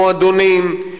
מועדונים,